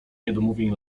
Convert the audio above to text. niedomówień